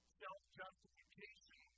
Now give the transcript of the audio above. self-justification